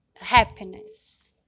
happiness